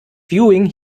viewing